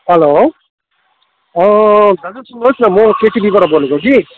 hello दाजु सुन्नुहोस् न म केटिभीबाट बोलेको कि